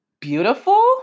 beautiful